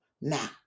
Now